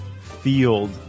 field